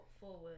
forward